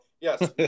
yes